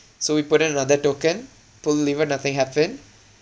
so we put another token pull the lever nothing happened